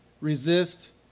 resist